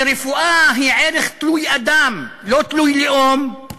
שרפואה היא ערך תלוי אדם, לא תלוי לאום,